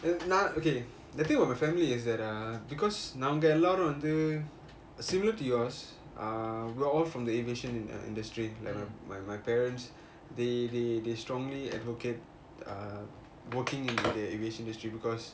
நான்:naan okay the thing about my family is that uh because நாங்க எல்லாரும் வந்து:nanga ellarum vanthu similar to yours uh we are all from the aviation industry like my my parents they they they strongly advocate uh working in the aviation industry because